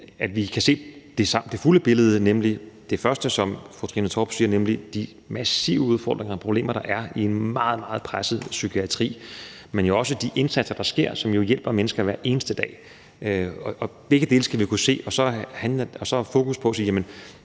at vi kan se det fulde billede, nemlig for det første, som fru Trine Torp siger, de massive udfordringer og problemer, der er i en meget, meget presset psykiatri, men jo også de indsatser, der sker, som hjælper mennesker hver eneste dag. Begge dele skal vi jo kunne se og have fokus på, så vi